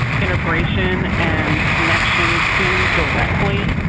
integration and connection to directly.